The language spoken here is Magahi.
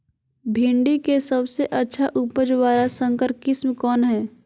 भिंडी के सबसे अच्छा उपज वाला संकर किस्म कौन है?